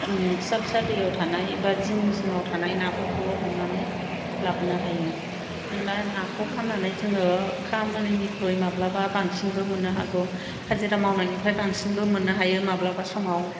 फिसा फिसा दैयाव थानाय बा जिं जिंआव थानाय नाफोरखौल' हमनानै लाबोनो हायो दा नाखौ फाननानै जोङो खामानिनिख्रुय माब्लाबा बांसिनबो मोननो हागौ हाजिरा मावनायनिफ्राय बांसिनबो मोननो हायो माब्लाबा समाव